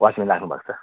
watchman राख्नु भएको छ